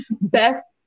best